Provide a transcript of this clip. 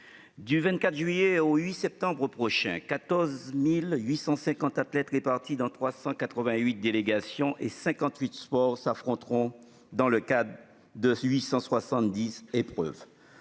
Du 24 juillet au 8 septembre prochains, 14 850 athlètes, répartis en 388 délégations et 58 sports, s'affronteront dans le cadre de 878 épreuves.